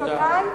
תודה רבה.